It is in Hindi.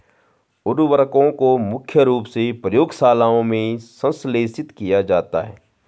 उर्वरकों को मुख्य रूप से प्रयोगशालाओं में संश्लेषित किया जाता है